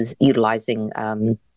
utilizing